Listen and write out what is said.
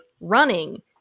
running